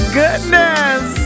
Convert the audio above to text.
goodness